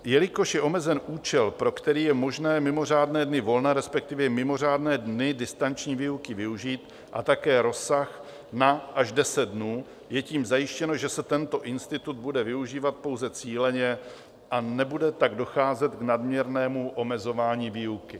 Jelikož je omezen účel, pro který je možné mimořádné dny volna, respektive mimořádné dny distanční výuky využít, a také rozsah až na deset dnů, je tím zajištěno, že se tento institut bude využívat pouze cíleně a nebude tak docházet k nadměrnému omezování výuky.